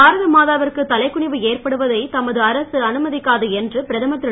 பாரத மாதாவிற்கு தலை குனிவு ஏற்படுவதை தமது அரசு அனுமதிக்காது என்று பிரதமர் திரு